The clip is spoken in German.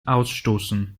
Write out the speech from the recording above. ausstoßen